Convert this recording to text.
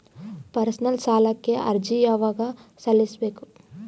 Personal ಸಾಲಕ್ಕೆ ಅರ್ಜಿ ಯವಾಗ ಸಲ್ಲಿಸಬೇಕು?